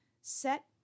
set